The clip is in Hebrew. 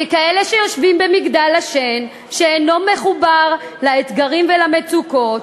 אלה שיושבים במגדל השן שאינו מחובר לאתגרים ולמצוקות.